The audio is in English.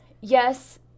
Yes